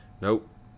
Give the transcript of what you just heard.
Nope